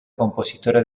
compositora